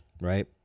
right